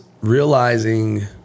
realizing